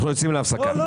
אנחנו יוצאים להפסקה.